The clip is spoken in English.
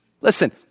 Listen